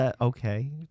okay